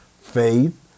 faith